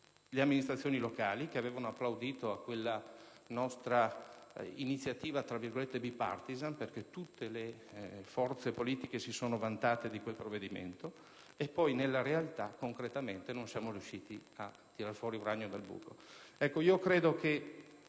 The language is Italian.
le amministrazioni locali, che avevano applaudito a quella nostra iniziativa *bipartisan*, perché tutte le forze politiche si sono vantate di quel provvedimento, mentre concretamente nonsiamo riusciti a tirar fuori "un ragno dal buco".